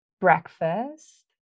breakfast